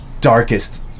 darkest